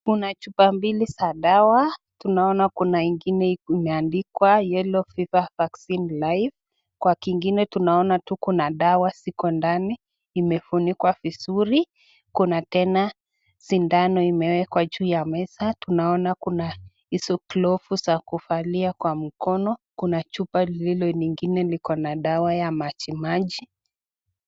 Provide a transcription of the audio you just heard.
Kuna chupa mbili za dawa. Tunaona kuna ingine imeandikwa Yellow Fever Vaccine Live . Kwa kingine tunaona tu kuna dawa ziko ndani, imefunikwa vizuri. Kuna tena sindano imewekwa juu ya meza. Tunaona kuna hizo glovu za kuvalia kwa mkono. Kuna chupa lililo lingine liko na dawa ya majimaji.